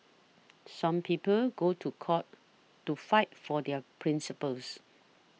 some people go to court to fight for their principles